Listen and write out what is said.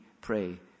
pray